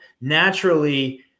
naturally